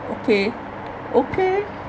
okay okay